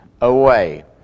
away